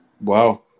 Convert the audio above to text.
Wow